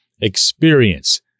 experience